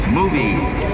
movies